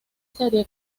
serie